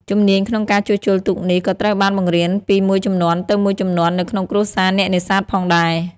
ជំនាញក្នុងការជួសជុលទូកនេះ ក៏ត្រូវបានបង្រៀនតពីមួយជំនាន់ទៅមួយជំនាន់នៅក្នុងគ្រួសារអ្នកនេសាទផងដែរ។